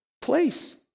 place